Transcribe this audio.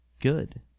good